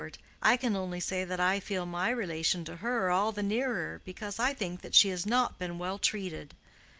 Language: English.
i can only say that i feel my relation to her all the nearer because i think that she has not been well treated.